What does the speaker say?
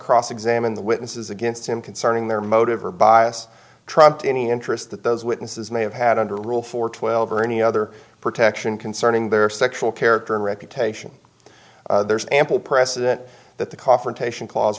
cross examine the witnesses against him concerning their motive or bias trumped any interest that those witnesses may have had under rule four twelve or any other protection concerning their sexual character and reputation there's ample precedent that the confrontation cla